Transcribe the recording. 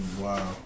Wow